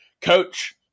coach